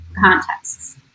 contexts